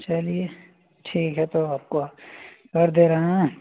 चलिए ठीक है तो आपको कर दे रहे हैं